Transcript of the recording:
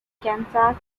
kansas